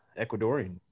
Ecuadorian